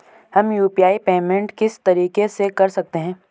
हम UPI payment किस तरीके से कर सकते हैं?